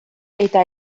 eta